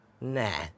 Nah